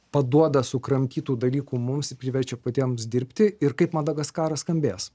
paduoda sukramtytų dalykų mums ir privačią patiems dirbti ir kaip madagaskaras skambės